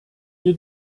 wir